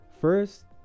First